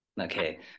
Okay